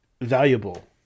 valuable